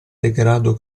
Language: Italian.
degrado